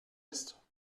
ist